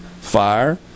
fire